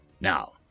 Now